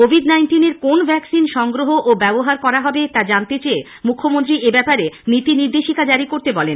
Covid নাইন্টিনের কোন vaccine সংগ্রহ ও ব্যবহার করা হবে তা জানতে চেয়ে মুখ্যমন্ত্রী এব্যাপারে নীতি নর্দেশিকা জারি করতে বলেন